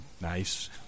nice